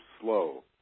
slow